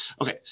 Okay